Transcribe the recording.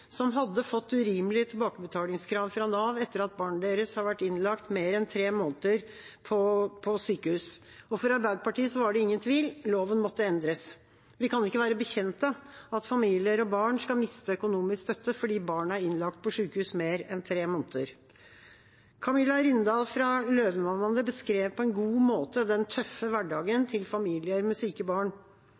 familier hadde fått urimelige tilbakebetalingskrav fra Nav etter at barnet deres hadde vært innlagt mer enn tre måneder på sykehus. For Arbeiderpartiet var det ingen tvil. Loven måtte endres. Vi kan ikke være bekjent av at familier og barn skal miste økonomisk støtte fordi barnet er innlagt på sykehus i mer enn tre måneder. Camilla Rindahl fra Løvemammaene beskrev på en god måte den tøffe hverdagen til familier med syke barn: